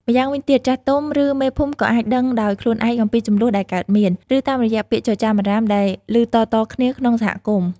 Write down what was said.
ម្យ៉ាងវិញទៀត ចាស់ទុំ ឬមេភូមិក៏អាចដឹងដោយខ្លួនឯងអំពីជម្លោះដែលកើតមាន ឬតាមរយៈពាក្យចចាមអារ៉ាមដែលឮតៗគ្នាក្នុងសហគមន៍។